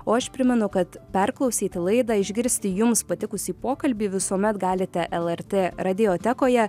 o aš primenu kad perklausyti laidą išgirsti jums patikusį pokalbį visuomet galite lrt radiotekoje